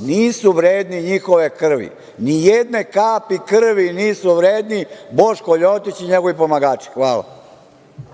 nisu vredni njihove krvi, nijedne kapi krvi nisu vredni Boško Ljotić i njegovi pomagači. Hvala.